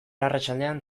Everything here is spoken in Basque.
arratsaldean